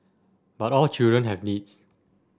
but all children have needs